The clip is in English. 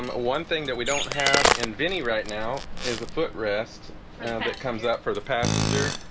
um one thing that we don't have and vinny right now is the footrest that comes up for the passenger.